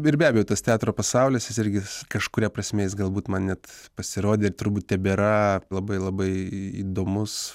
ir be abejo tas teatro pasaulis jis irgi kažkuria prasme jis galbūt man net pasirodė ir turbūt tebėra labai labai į įdomus